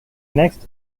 next